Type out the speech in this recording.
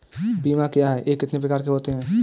बीमा क्या है यह कितने प्रकार के होते हैं?